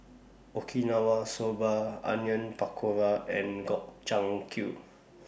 Okinawa Soba Onion Pakora and Gobchang Q